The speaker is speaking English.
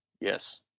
Yes